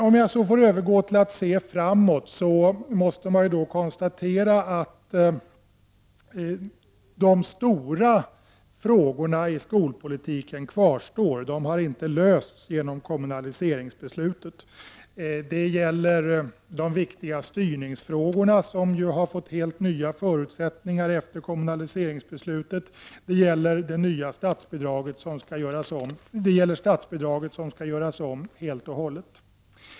Om jag så får övergå till att se framåt, måste jag konstatera att de stora frågorna i skolpolitiken kvarstår. De har inte lösts genom kommunaliseringsbeslutet. Det gäller de viktiga styrningsfrågorna, som har fått helt nya förut sättningar efter kommunaliseringsbeslutet. Det gäller statsbidraget som skall göras om helt och hållet.